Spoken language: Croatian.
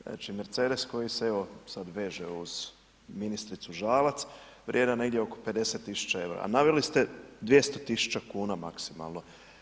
Znači Mercedes koji se evo sada veže uz ministricu Žalac, vrijedan negdje oko 50 tisuća eura, a naveli ste 200 tisuća kuna maksimalno.